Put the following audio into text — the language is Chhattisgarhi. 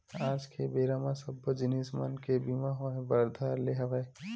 आज के बेरा म सब्बो जिनिस मन के बीमा होय बर धर ले हवय